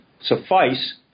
suffice